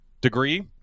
degree